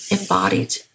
embodied